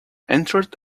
entered